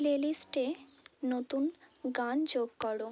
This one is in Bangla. প্লেলিস্টে নতুন গান যোগ করো